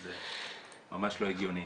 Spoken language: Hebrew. שזה ממש לא הגיוני.